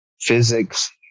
physics